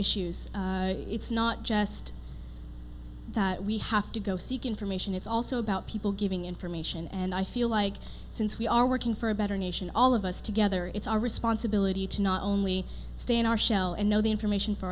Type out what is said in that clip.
issues it's not just that we have to go seek information it's also about people giving information and i feel like since we are working for a better nation all of us together it's our responsibility to not only stand our shell and know the information for